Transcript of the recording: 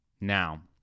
Now